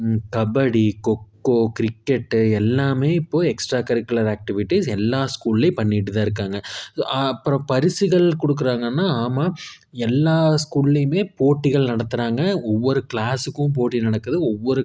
kabaddi kho kho cricket எல்லாமே இப்போது extra curricular activities எல்லா ஸ்கூல்லேயும் பண்ணிகிட்டு தான் இருக்காங்க அப்புறம் பரிசுகள் கொடுக்கறாங்கன்னா ஆமாம் எல்லா ஸ்கூல்லேயுமே போட்டிகள் நடத்துகிறாங்க ஒவ்வொரு கிளாஸுக்கும் போட்டி நடக்குது ஒவ்வொரு